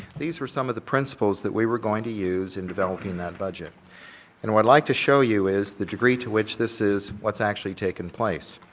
these were some of the principles that we were going to use in developing that budget and what i'd like to show you is the degree to which this is what's actually taken place,